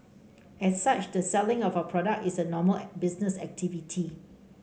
as such the selling of our products is a normal business activity